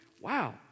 Wow